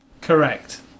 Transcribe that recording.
correct